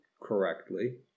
correctly